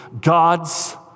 God's